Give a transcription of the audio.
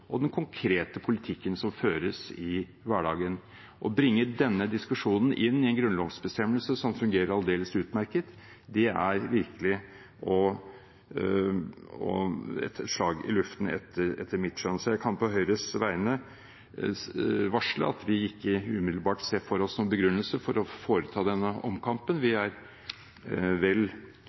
og den konkrete politikken som føres i hverdagen. Å bringe denne diskusjonen inn i en grunnlovsbestemmelse som fungerer aldeles utmerket, er virkelig et slag i luften, etter mitt skjønn. Jeg kan på Høyres vegne varsle at vi ikke umiddelbart ser for oss noen begrunnelse for å ta denne omkampen. Vi er vel